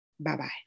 Bye-bye